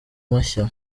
mashya